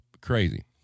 crazy